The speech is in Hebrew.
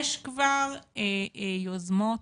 יש כבר יוזמות